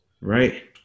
Right